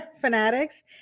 fanatics